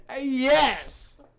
Yes